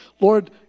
Lord